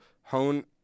hone